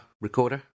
recorder